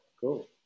Cool